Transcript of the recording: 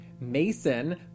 Mason